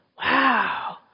Wow